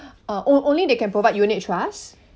uh o~ only they can provide unit trust